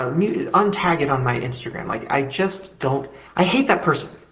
ah mute untag it on my instagram, like, i just don't i hate that person